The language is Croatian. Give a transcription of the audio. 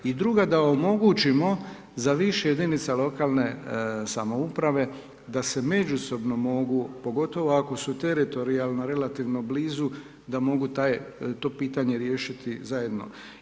I druga, da omogućimo za više jedinica lokalne samouprave da se međusobno mogu, pogotovo ako su teritorijalno relativno blizu da mogu to pitanje riješiti zajedno.